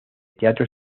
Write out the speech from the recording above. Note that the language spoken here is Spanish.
teatro